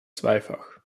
zweifach